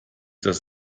das